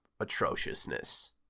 atrociousness